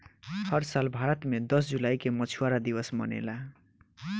हर साल भारत मे दस जुलाई के मछुआरा दिवस मनेला